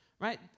right